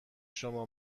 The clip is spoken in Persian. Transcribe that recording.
شما